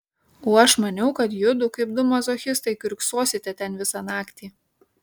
o aš maniau kad judu kaip du mazochistai kiurksosite ten visą naktį